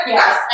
Yes